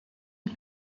een